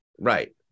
Right